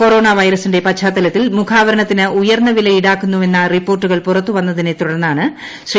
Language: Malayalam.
കൊറോണ വൈറസിന്റെ പശ്ചാത്തലത്തിൽ മുഖാവരണത്തിന് ഉയർന്ന വില ഈടാക്കുന്നുവെന്ന റിപ്പോർട്ടുകൾ പുറത്ത് വന്നതിനെ തുടർന്നാണ് ശ്രീ